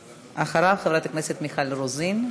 ואחריו, חברת הכנסת מיכל רוזין.